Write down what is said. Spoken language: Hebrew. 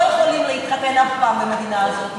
לא יכולים להתחתן אף פעם במדינה הזאת